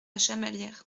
chamalières